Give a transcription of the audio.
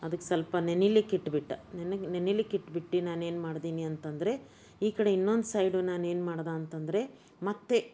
ಅದಕ್ಕೆ ಸ್ವಲ್ಪ ನೆನೀಲಿಕ್ಕಿಟ್ಬಿಟ್ಟು ನೆನಿಲಿ ನೆನೀಲಿಕ್ಕಿಟ್ಬಿಟ್ಟು ನಾನೇನು ಮಾಡಿದ್ನಿ ಅಂತ ಅಂದ್ರೆ ಈ ಕಡೆ ಇನ್ನೊಂದು ಸೈಡು ನಾನೇನು ಮಾಡ್ದೆ ಅಂತ ಅಂದ್ರೆ ಮತ್ತೆ